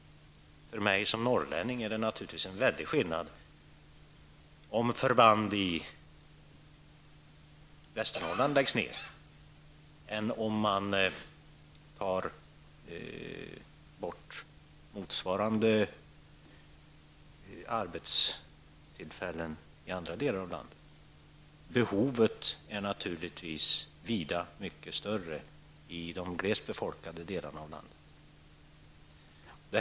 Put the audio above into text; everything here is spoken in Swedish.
För mig som norrlänning är det naturligtvis en väldig skillnad mellan att förband i Västernorrland läggs ned och att man tar bort motsvarande arbetstillfällen i andra delar av landet. Behovet är naturligtvis vida större i de glest befolkade delarna av landet.